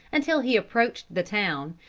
until he approached the town,